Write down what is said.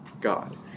God